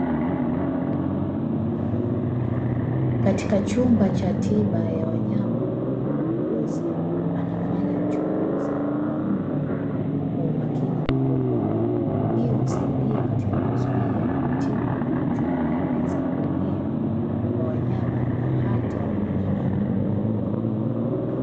Katika chumba cha tiba ya wanyama, muuguzi anafanya uchunguzi kwa mbwa kwa umakini mkubwa, hii husaidia katika kuzuia na kutibu magonjwa yanayoweza kuenea kwa wanyama na hata binadamu.